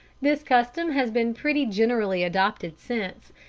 this custom has been pretty generally adopted since,